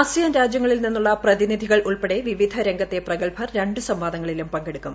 ASEAN രാജ്യങ്ങളിൽ നിന്നുള്ള പ്രതിനിധികൾ ഉൾപ്പെടെ വിവിധ രംഗത്തെ പ്രഗത്ഭർ രണ്ട് സംവാദങ്ങളിലും പങ്കെടുക്കും